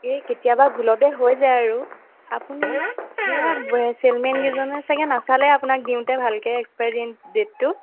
এ কেতিয়াবা ভুলতে হৈ যায় আৰু আপুনি সেয়া চেলমেনগিজনে চাগে নাচালে আপোনাক দিওঁতে ভালকে এক্সপায়েৰি ডেটটো